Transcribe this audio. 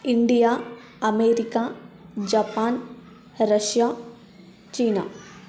India America Japan Russia China